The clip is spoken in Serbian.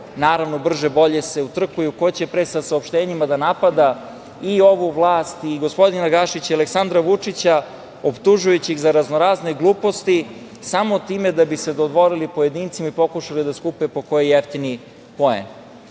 naravno brže-bolje se utrkuju ko će pre sa saopštenjima da napada i ovu vlast i gospodina Gašića i Aleksandra Vučića optužujući ih za raznorazne gluposti samo da bi se time dodvorili pojedincima i pokušali da skupe po koji jeftini